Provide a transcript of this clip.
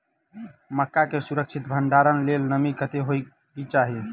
मक्का केँ सुरक्षित भण्डारण लेल नमी कतेक होइ कऽ चाहि?